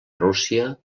rússia